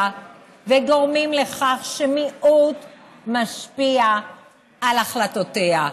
וגורמים לכך שמיעוט משפיע על החלטותיה,